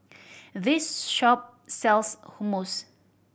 this shop sells Hummus